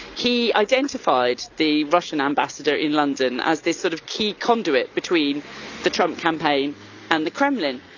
he identified the russian ambassador in london as they sort of key conduit between the trump campaign and the kremlin.